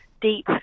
deep